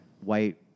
white